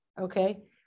Okay